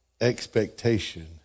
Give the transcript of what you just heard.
expectation